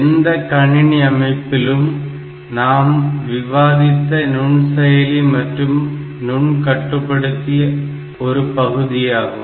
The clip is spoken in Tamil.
எந்த கணினி அமைப்பிலும் நாம் விவாதித்த நுண்செயலி மற்றும் நுண்கட்டுப்படுத்தி ஒரு பகுதியாகும்